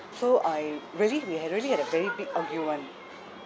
so I really we have really had a very big arguement